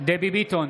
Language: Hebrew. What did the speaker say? דבי ביטון,